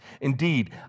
Indeed